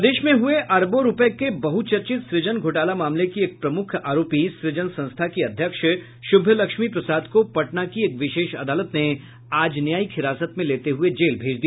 प्रदेश में हुए अरबों रुपये के बहुचर्चित सुजन घोटाला मामले की एक प्रमुख आरोपी सृजन संस्था की अध्यक्ष शुभलक्ष्मी प्रसाद को पटना की एक विशेष अदालत ने आज न्यायिक हिरासत में लेते हुए जेल भेज दिया